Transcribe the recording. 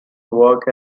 work